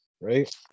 right